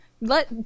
let